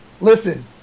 listen